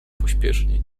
pośpiesznie